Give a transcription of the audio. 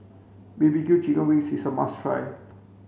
B B Q chicken wings is a must try